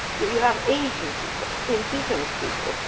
if you have aging people, indigenous people,